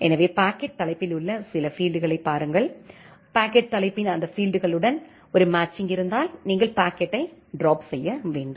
எனவே பாக்கெட் தலைப்பில் உள்ள சில பீல்ட்டுகளைப் பாருங்கள் பாக்கெட் தலைப்பின் அந்த பீல்ட்டுகளுடன் ஒரு மேட்சிங் இருந்தால் நீங்கள் பாக்கெட்டை ட்ராப் செய்ய வேண்டும்